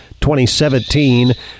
2017